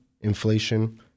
inflation